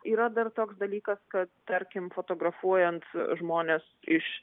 yra dar toks dalykas kad tarkim fotografuojant žmones iš